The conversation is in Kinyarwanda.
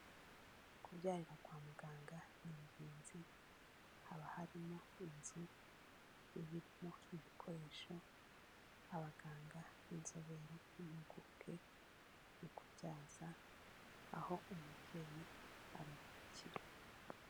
Kubyarira kwa muganga ni ingenzi, haba harimo inzu iba irimo ibikoresho, abaganga b'inzobere n'impuguke mu kubyaza aho umubyeyi aruhukira.